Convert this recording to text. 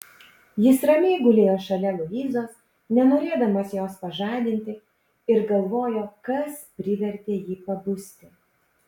jis ramiai gulėjo šalia luizos nenorėdamas jos pažadinti ir galvojo kas privertė jį pabusti